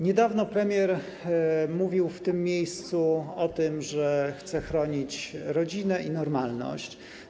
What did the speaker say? Niedawno premier mówił w tym miejscu o tym, że chce chronić rodzinę i normalność.